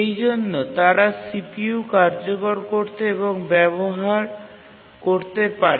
সেইজন্য তারা CPU কার্যকর করতে এবং ব্যবহার করতে পারে